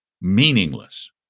meaningless